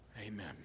Amen